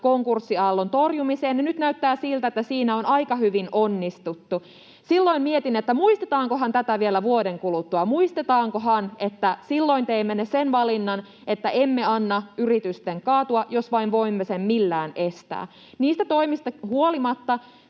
konkurssiaallon torjumiseen, ja nyt näyttää siltä, että siinä on aika hyvin onnistuttu. Silloin mietin, muistetaankohan tätä vielä vuoden kuluttua, muistetaankohan, että silloin teimme sen valinnan, että emme anna yritysten kaatua, jos vain voimme sen millään estää. Niistä toimista huolimatta